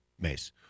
Mace